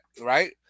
Right